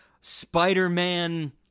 Spider-Man